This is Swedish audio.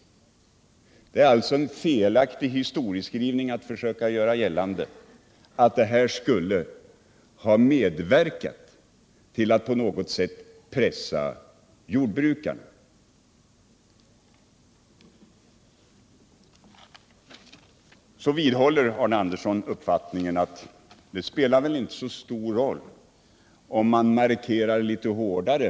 Det är alltså en felaktig historieskrivning att försöka göra gällande att det här uttalandet skulle ha 33 medverkat till att på något sätt pressa jordbrukarna. Arne Andersson vidhåller uppfattningen att det inte spelar så stor roll om man markerar inkomstmålet litet hårdare.